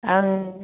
आं